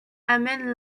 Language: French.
amènent